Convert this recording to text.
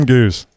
Goose